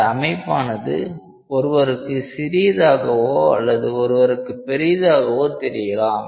அந்த அமைப்பானது ஒருவருக்கு சிறியதாகவோ அல்லது ஒருவருக்கு பெரியதாகவோ தெரியலாம்